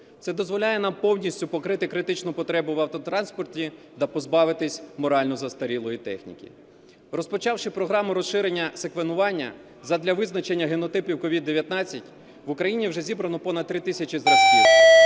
Це дозволяє нам повністю покрити критичну потребу в автотранспорті та позбавитись морально застарілої техніки. Розпочавши програму розширення секвенування задля визначення генотипів COVID-19, в Україні вже зібрано понад 3 тисячі зразків.